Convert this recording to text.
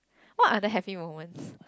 what are the happy moments